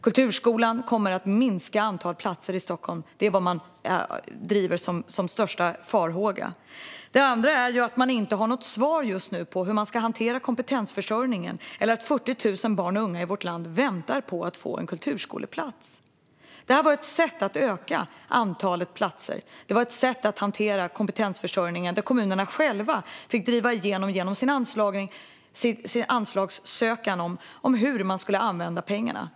Kulturskolan kommer att minska platsantalet i Stockholm. Det är den största farhågan. Man har heller inget svar just nu på hur man ska hantera kompetensförsörjningen eller att 40 000 barn och unga i vårt land väntar på att få en kulturskoleplats. Detta var ju ett sätt att öka antalet platser. Det var ett sätt att hantera kompetensförsörjningen där kommunerna själva fick ansöka om pengar och ange hur de skulle användas.